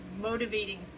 motivating